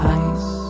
ice